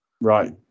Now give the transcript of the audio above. right